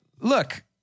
Look